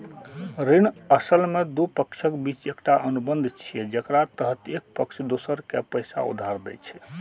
ऋण असल मे दू पक्षक बीच एकटा अनुबंध छियै, जेकरा तहत एक पक्ष दोसर कें पैसा उधार दै छै